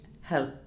help